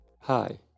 Hi